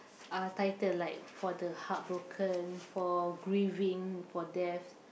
uh title like for the heartbroken for grieving for death